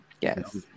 yes